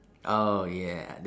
oh yeah th~